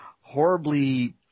horribly